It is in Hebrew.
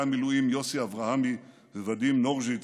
המילואים יוסי אברהמי וּואדים נורז'יץ,